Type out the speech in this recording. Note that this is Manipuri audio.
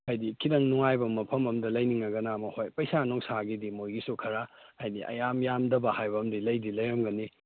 ꯍꯥꯏꯗꯤ ꯈꯤꯇꯪ ꯅꯨꯡꯉꯥꯏꯕ ꯃꯐꯝ ꯑꯝꯗ ꯂꯩꯅꯤꯡꯉꯒꯅ ꯑꯃꯨꯛ ꯍꯣꯏ ꯄꯩꯁꯥ ꯅꯨꯡꯁꯥꯒꯤꯗꯤ ꯃꯣꯏꯒꯤꯁꯨ ꯈꯔ ꯍꯥꯏꯗꯤ ꯑꯌꯥꯝ ꯌꯥꯝꯗꯕ ꯍꯥꯏꯕ ꯑꯃꯗꯤ ꯂꯩꯗꯤ ꯂꯩꯔꯝꯒꯅꯤ